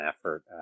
effort